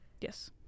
Yes